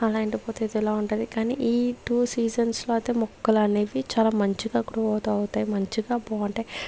అలా ఎండిపోతే ఏదోలా ఉంటుంది కాని ఈ టూ సీజన్స్లో అయితే మొక్కలనేవి చాలా మంచిగా గ్రో అవుతే అవుతాయ్ మంచిగా బాగుంటాయి